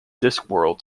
discworld